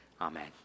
Amen